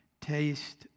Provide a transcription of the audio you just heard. taste